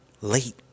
late